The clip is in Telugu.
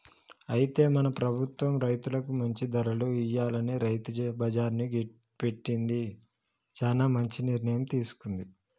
అయితే మన ప్రభుత్వం రైతులకు మంచి ధరలు ఇయ్యాలని రైతు బజార్ని పెట్టింది చానా మంచి నిర్ణయం తీసుకుంది